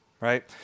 right